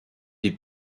des